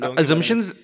assumptions